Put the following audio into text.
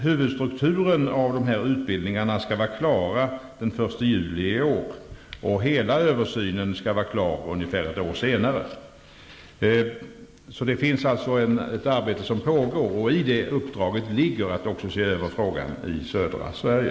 Huvudstrukturen i dessa utbildningar skall vara klar den 1 juli i år, och hela översynen skall vara färdig ungefär ett år senare. Det pågår alltså ett arbete, och i det uppdraget ligger också att se över det som gäller södra Sverige.